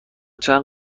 چند